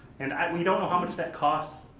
and we don't know how much that costs,